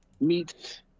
meets